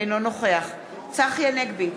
אינו נוכח צחי הנגבי,